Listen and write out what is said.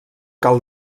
cal